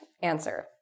answer